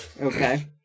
Okay